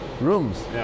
rooms